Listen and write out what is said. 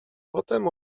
potem